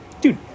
Dude